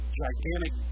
gigantic